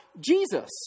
Jesus